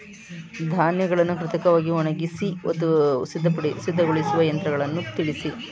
ಧಾನ್ಯಗಳನ್ನು ಕೃತಕವಾಗಿ ಒಣಗಿಸಿ ಸಿದ್ದಗೊಳಿಸುವ ಯಂತ್ರಗಳನ್ನು ತಿಳಿಸಿ?